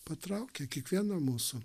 patraukia kiekvieną mūsų